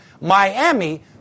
Miami